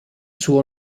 suo